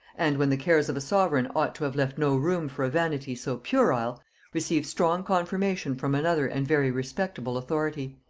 and when the cares of a sovereign ought to have left no room for a vanity so puerile, receive strong confirmation from another and very respectable authority.